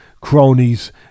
cronies